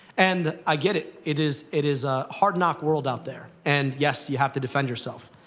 and i get it. it is it is ah hard knock world out there. and yes, you have to defend yourself.